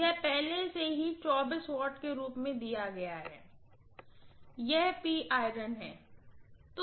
यह पहले से ही Watts के रूप में दिया गया है इसलिए यह है